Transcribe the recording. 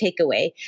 takeaway